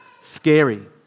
Scary